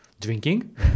drinking